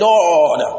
Lord